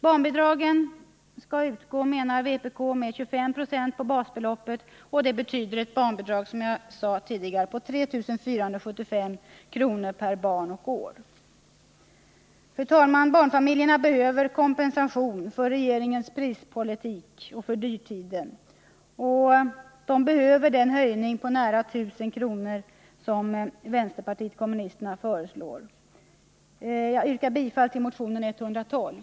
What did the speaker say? Barnbidragen skall utgå, menar vänsterpartiet kommunisterna, med 25 26 på basbeloppet. Det betyder att det skulle bli ett barnbidrag på, som jag sade tidigare, 3 475 kr. per barn och år. Fru talman! Barnfamiljerna behöver kompensation för regeringens prispolitik och för dyrtiden och behöver den höjning på nära 1 000 kr. som vänsterpartiet kommunisterna föreslår. Jag yrkar bifall till motionen 112.